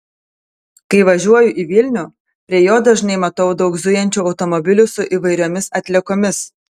kai važiuoju į vilnių prie jo dažnai matau daug zujančių automobilių su įvairiomis atliekomis